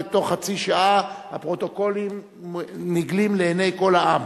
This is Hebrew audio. ובתוך חצי שעה הפרוטוקולים נגלים לעיני כל העם,